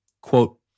quote